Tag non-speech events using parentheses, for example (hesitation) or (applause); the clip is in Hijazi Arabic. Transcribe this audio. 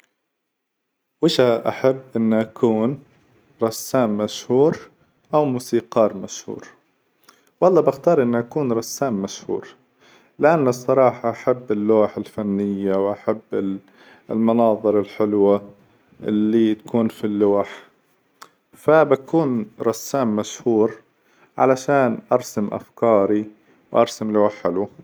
وش (hesitation) أحب إن أكون رسام مشهور أو موسيقار مشهور؟ والله باختار إني أكون رسام مشهور، لأن الصراحة أحب اللوحة الفنية وأحب المناظر (hesitation) الحلوة إللي تكون في اللوحة، (hesitation) فبكون رسام مشهور علشان أرسم أفكاري وأرسم لوح حلوة.